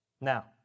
Now